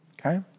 okay